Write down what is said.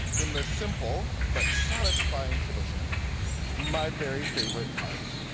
in the simple but satisfying tradition my very favorite part.